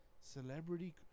celebrity